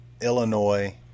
Illinois